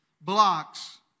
blocks